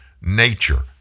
nature